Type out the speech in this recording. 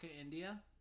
India